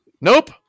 nope